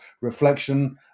reflection